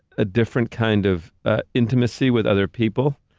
a different kind of ah intimacy with other people,